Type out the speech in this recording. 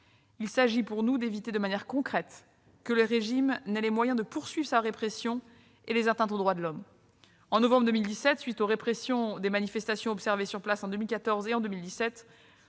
également pour nous d'éviter, de manière concrète, que le régime n'ait les moyens de poursuivre sa répression et les atteintes aux droits de l'homme. En novembre 2017, à la suite des répressions de manifestations observées sur place en 2014 et 2017,